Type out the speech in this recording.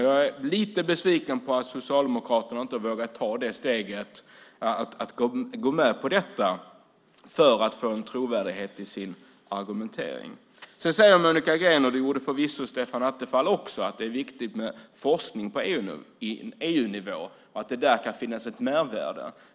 Jag är lite besviken på att Socialdemokraterna inte vågar ta steget att gå med på detta för att få en trovärdighet i sin argumentering. Sedan säger Monica Green - och det gjorde förvisso Stefan Attefall också - att det är viktigt med forskning på EU-nivå och att det kan finnas ett mervärde där.